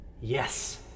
Yes